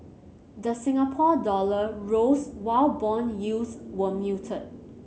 the Singapore dollar rose while bond yields were muted